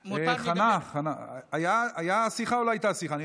חנה, חנה, הייתה שיחה או לא הייתה שיחה?